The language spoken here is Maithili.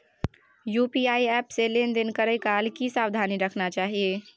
यु.पी.आई एप से लेन देन करै काल की सब सावधानी राखना चाही?